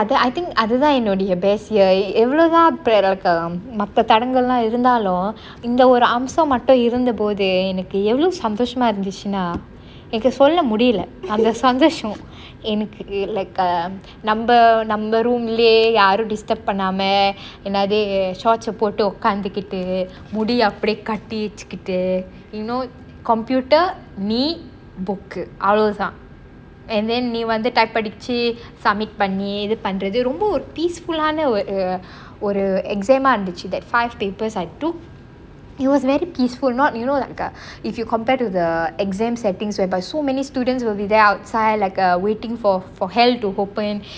I think அதுதான் என்னோடைய:athuthaan ennodaiya best yar எவ்வளவுதான்:evvalavuthaan um like err மத்த தடங்கல் எல்லாம் இருந்தாலும் இந்த ஒரு அம்சம் மட்டும் இருந்த போது எனக்கு எவ்வளவு சந்தோஷமா இருந்துச்ச்சின எனக்கு சொல்ல முடியல அந்த சந்தோஷம் எனக்கு:mattha thadangal ellam irunthaalum intha oru amsam mattum iruntha pothu enakku evvalavu santhosama irunthuchina enakku solla mudiyala antha santhosam enakku like err நம்ப நம்ப:nampa nampa room லையே யாரும்:laiyae yaarum disturb பண்ணாம என்னாது:pannaama ennathu shorts போட்டு உட்கார்ந்துகிட்டு முடியை எல்லாம் அப்படியே கட்டி வச்சிக்கிட்டு:potto utkaarnthukittu mudiyai ellam appadiyae katti vachikittu you know computer me book அவ்வளவுதான்:avvalavuthaan and then நீ வந்து:ni vanthu type அடிச்சு:adichu submit பண்ணி இது பண்றது ரொம்ப ஒரு:pan ithu panrathu romba oru peaceful லானா ஒரு ஒரு:lanai oru oru exam mah இருந்துச்சு:iruntuccu the five papers I took it was very peaceful not you know like err if you compared to the exam settings whereby so many students will be there outside like err waiting for for help to open and then